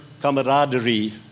camaraderie